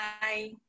bye